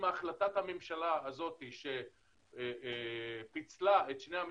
עם החלטת הממשלה הזאת שפיצלה את שני המשרדים,